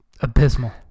Abysmal